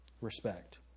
respect